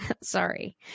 sorry